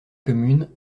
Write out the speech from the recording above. commune